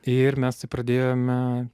ir mes taip pradėjome